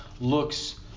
looks